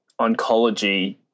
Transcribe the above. oncology